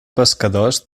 pescadors